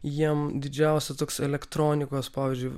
jiem didžiausia toks elektronikos pavyzdžiui